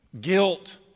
guilt